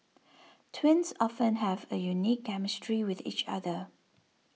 twins often have a unique chemistry with each other